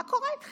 מה קורה איתכם?